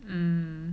um